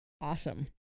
Awesome